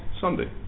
Sunday